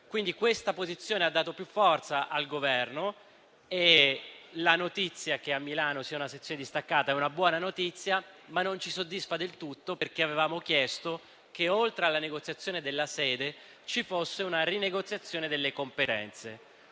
Questa posizione ha dato più forza al Governo. Il fatto che a Milano vi sia una sezione distaccata è una buona notizia, ma non ci soddisfa del tutto perché avevamo chiesto che, oltre alla negoziazione della sede, ci fosse una rinegoziazione delle competenze.